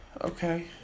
Okay